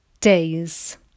days